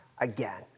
again